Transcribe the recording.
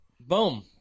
Boom